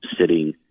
sitting